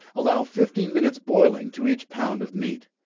allow fifteen minutes boiling to each pound of meat.